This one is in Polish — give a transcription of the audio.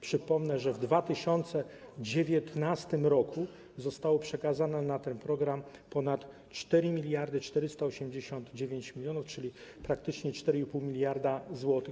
Przypomnę, że w 2019 r. zostało przekazane na ten program ponad 4489 mln, czyli praktycznie 4,5 mld zł.